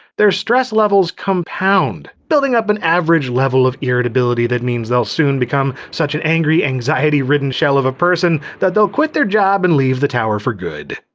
their stress levels compound building up an average level of irritability that means they'll soon become such an angry, anxiety-ridden shell of a person that they'll quit their job and leave the tower for good.